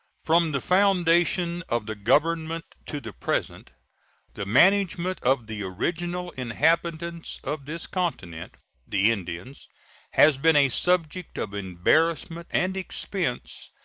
from the foundation of the government to the present the management of the original inhabitants of this continent the indians has been a subject of embarrassment and expense,